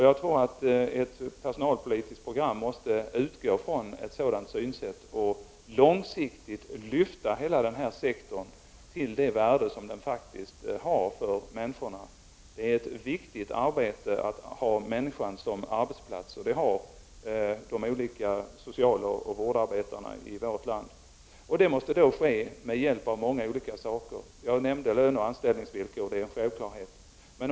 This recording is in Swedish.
Jag tror att ett personalpolitiskt program måste utgå från ett sådant synsätt och långsiktigt lyfta hela denna sektor till det värde som den faktiskt har för människorna. Det är ett viktigt arbete att ha människan som arbetsplats, och det har de olika socialarbetarna och vårdarbetarna i vårt land. Detta måste ske med hjälp av många olika saker. Jag nämnde löneoch anställningsvillkor — det är en självklarhet.